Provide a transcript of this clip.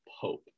Pope